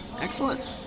Excellent